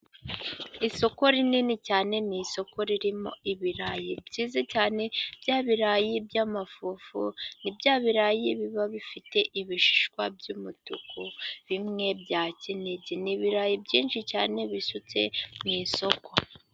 Isoko rinini cyane, ni isoko ririmo ibirayi byiza cyane bya birayi by'amafufu, ni bya birayi biba bifite ibishishwa by'umutuku bimwe bya kinigi, ni ibirayi byinshi cyane bisutse mu isoko.